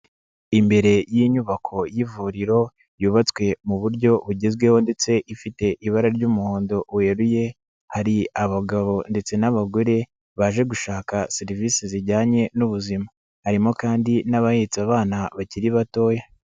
Imbere y'inyubako y'ivuriro yubatswe mu buryo bugezweho ndetse ifite ibara ry'umuhondo weruye, hari abagabo ndetse n'abagore baje gushaka serivise zijyanye n'ubuzima, harimo kandi n'abahetse abana bakiri batoya.